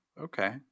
okay